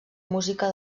música